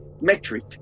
metric